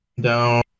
down